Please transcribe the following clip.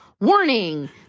warning